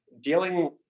dealing